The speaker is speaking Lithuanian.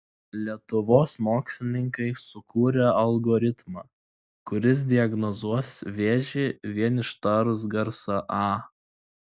lietuvos mokslininkai sukūrė algoritmą kuris diagnozuos vėžį vien ištarus garsą a